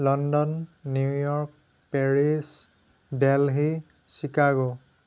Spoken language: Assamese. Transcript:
London New York Paris Delhi Chicago